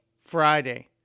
Friday